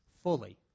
fully